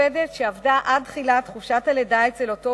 עובדת שעבדה עד תחילת חופשת הלידה אצל אותו